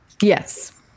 Yes